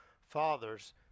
Fathers